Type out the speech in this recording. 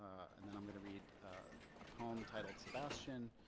and then i'm going to read a poem titled sebastian,